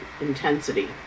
intensity